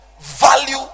value